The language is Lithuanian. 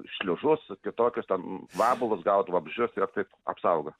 šliužus kitokius ten vabalus gaudo vabzdžius ir taip apsaugo